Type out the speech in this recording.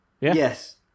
Yes